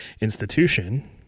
institution